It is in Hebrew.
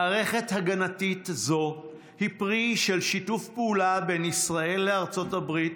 מערכת הגנתית זו היא פרי של שיתוף הפעולה בין ישראל לארצות הברית,